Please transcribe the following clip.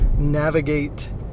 navigate